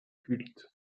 culte